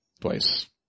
twice